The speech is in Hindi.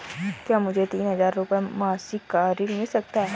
क्या मुझे तीन हज़ार रूपये मासिक का ऋण मिल सकता है?